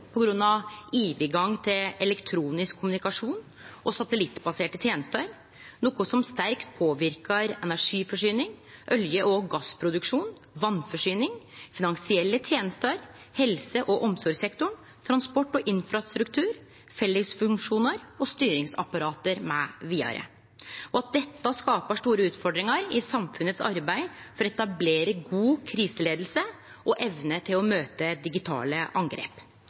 av overgang til elektronisk kommunikasjon og satellittbaserte tenester, noko som sterkt påverkar energiforsyninga, olje- og gassproduksjonen, vatnforsyninga, dei finansielle tenestene, helse- og omsorgssektoren, transport og infrastruktur, fellesfunksjonar og styringsapparat osv., og at dette skapar store utfordringar i samfunnets arbeid for å etablere god kriseleiing og evne til å møte digitale angrep.